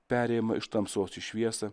perėjimą iš tamsos į šviesą